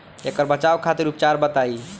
ऐकर बचाव खातिर उपचार बताई?